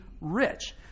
rich